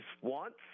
wants